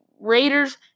Raiders